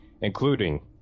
including